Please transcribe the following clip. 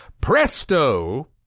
presto